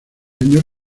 año